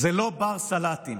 הוא לא בר סלטים,